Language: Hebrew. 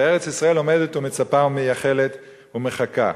שארץ-ישראל עומדת ומצפה ומייחלת ומחכה.